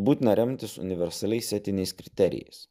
būtina remtis universaliais etiniais kriterijais